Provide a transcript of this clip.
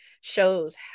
shows